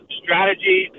strategy